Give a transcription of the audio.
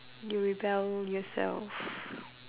you rebel yourself